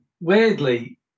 weirdly